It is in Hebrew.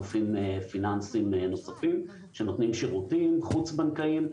גופים פיננסיים נוספים שנותנים שירותים חוץ בנקאיים.